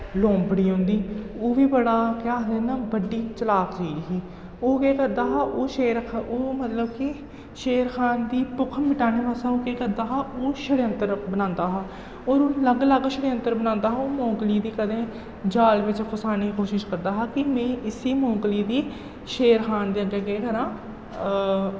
लोबड़ी होंदी ओह् बी बड़ा केह् आखदे ना बड्डी चलाक चीज ही ओह् केह् करदा हा ओह् शेर खान ओह् मतलब कि शेर खान दी भुक्ख मिटाने बास्तै ओह् केह् करदा हा ओह् शैडयंत्र बनांदा हा होर ओह् अलग अलग शैडयंत्र बनांदा हा ओह् मोंगली गी कदें जाल बिच्च फसाने दी कोशश करदा हा कि में इसी मोंगली गी शेर खान दे अग्गें केह् करां